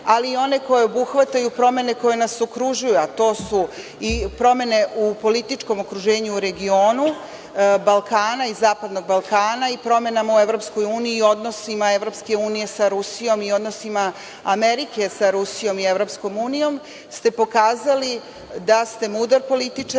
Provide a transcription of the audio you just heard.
ali i one koje obuhvataju promene koje nas okružuju, a to su promene u političkom okruženju u regionu Balkana i zapadnog Balkana i promenama u EU i odnosima EU sa Rusijom i odnosima Amerike sa Rusijom i EU, ste pokazali da ste mudar političar